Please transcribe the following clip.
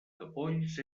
capolls